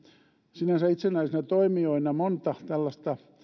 sinänsä itsenäisinä toimijoina monta tällaista